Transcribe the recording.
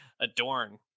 adorn